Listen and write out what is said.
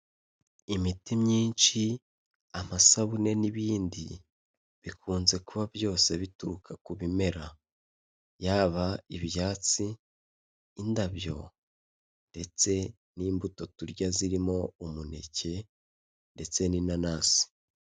Imiti myinshi, amasabune n'ibindi, bikunze kuba byose bituruka ku bimera yaba ibyatsi, indabyo ndetse n'imbuto turya zirimo umuneke ndetse n'inanasi.